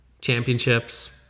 championships